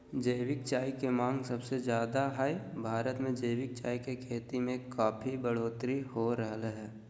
जैविक चाय के मांग सबसे ज्यादे हई, भारत मे जैविक चाय के खेती में काफी बढ़ोतरी हो रहल हई